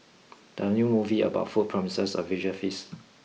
the new movie about food promises a visual feast